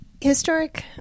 historic